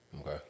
Okay